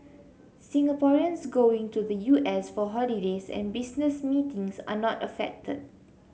Singaporeans going to the U S for holidays and business meetings are not affected